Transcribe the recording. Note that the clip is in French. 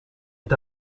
est